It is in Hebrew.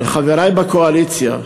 לחברי בקואליציה,